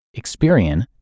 Experian